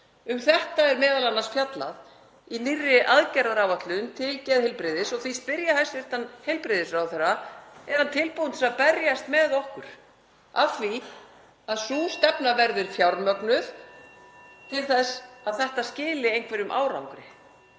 Um þetta er m.a. fjallað í nýrri aðgerðaráætlun til geðheilbrigðis og því spyr ég hæstv. heilbrigðisráðherra: Er hann tilbúinn til að berjast með okkur að því að sú stefna verði fjármögnuð til þess að þetta skili einhverjum árangri?